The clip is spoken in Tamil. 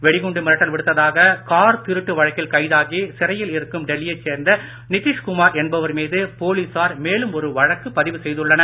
வெடிகுண்டு மிரட்டல் விடுத்ததாக கார் திருட்டு வழக்கில் கைதாகி சிறையில் இருக்கும் டெல்லியைச் சேர்ந்த நிதிஷ்குமார் என்பவர் மீது போலீசார் மேலும் ஒரு வழக்கு பதிவு செய்துள்ளனர்